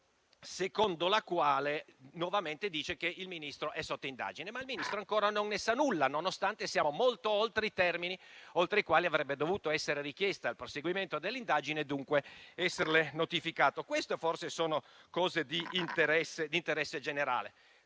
secondo la quale il Ministro è sotto indagine. Il Ministro però ancora non ne sa nulla, nonostante siamo molto oltre i termini oltre i quali avrebbe dovuto essere richiesto il proseguimento dell'indagine e dunque esserle notificato. Queste forse sono questioni di interesse generale.